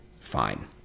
Fine